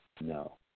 No